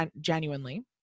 genuinely